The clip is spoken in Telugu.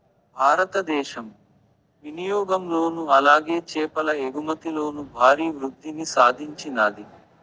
భారతదేశం వినియాగంలోను అలాగే చేపల ఎగుమతిలోను భారీ వృద్దిని సాధించినాది